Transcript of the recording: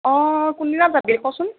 অ' কোনদিনা যাবি ক'চোন